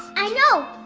i know.